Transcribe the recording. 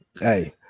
hey